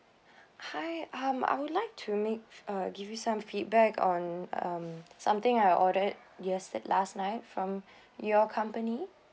hi um I would like to make uh give you some feedback on um something I ordered yest~ last night from your company